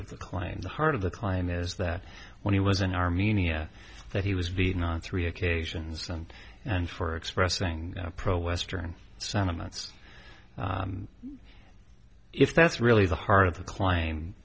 of the claim the heart of the crime is that when he was in armenia that he was beaten on three occasions something and for expressing pro western sentiments if that's really the heart of the climb